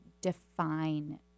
define